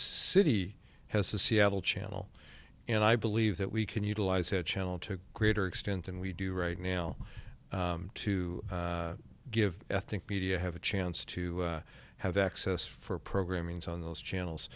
city has a seattle channel and i believe that we can utilize that channel to a greater extent than we do right now to give ethnic media have a chance to have access for programming's on those channels